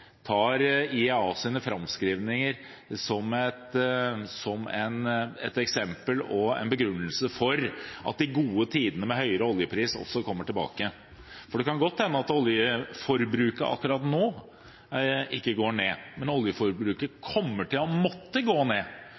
tar IEAs framskrivninger som et eksempel på og en begrunnelse for at de gode tidene med høyere oljepriser kommer tilbake. Det kan godt hende at oljeforbruket ikke går ned akkurat nå, men oljeforbruket kommer til å måtte gå ned